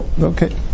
Okay